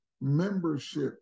membership